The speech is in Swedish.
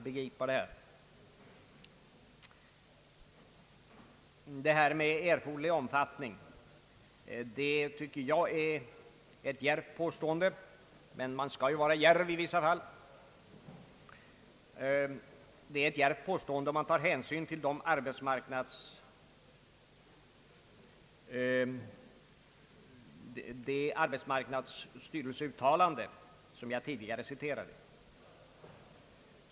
Att tala om tillgodoseende i erforderlig omfattning tycker jag är ett djärvt påstående, särskilt mot bakgrund av det äskande av arbetsmarknadsstyrelsen som regeringen avslagit.